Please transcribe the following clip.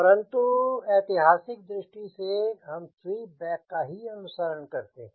परंतु ऐतिहासिक दृष्टि से हम स्वीप बैक का ही अनुसरण करते हैं